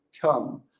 come